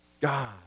God